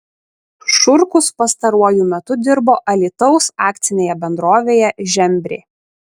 šurkus pastaruoju metu dirbo alytaus akcinėje bendrovėje žembrė